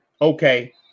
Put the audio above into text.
Okay